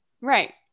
Right